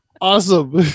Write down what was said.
awesome